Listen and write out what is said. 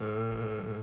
hmm